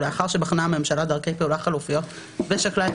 ולאחר שבחנה הממשלה דרכי פעולה חלופיות ושקלה את